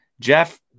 Jeff